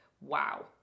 wow